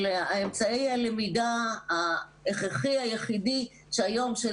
על אמצעי הלמידה ההכרחי היחיד היום של